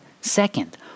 Second